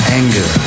anger